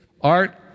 Art